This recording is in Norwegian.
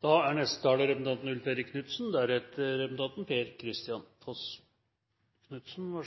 Dokument 1 er